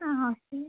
ആ ഓക്കെ